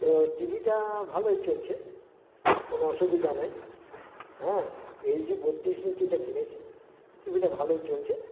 তো টিভিটা ভালোই চলছে কোনো অসুবিধা নাই হ্যাঁ এলজি বত্রিশ ইঞ্চিটা কিনেছি টিভিটা ভালোই চলছে